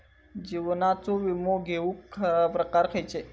जीवनाचो विमो घेऊक प्रकार खैचे?